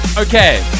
okay